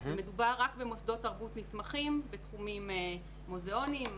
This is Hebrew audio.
מדובר רק במוסדות תרבות נתמכים בתחומים: מוזיאונים,